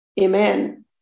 Amen